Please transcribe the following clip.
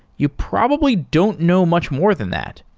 you probably don't know much more than that.